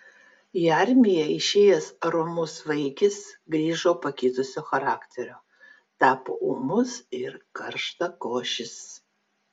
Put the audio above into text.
į armiją išėjęs romus vaikis grįžo pakitusio charakterio tapo ūmus ir karštakošis